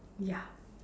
ya